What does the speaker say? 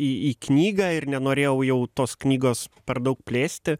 į į knygą ir nenorėjau jau tos knygos per daug plėsti